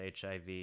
HIV